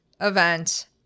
event